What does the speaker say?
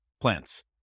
plants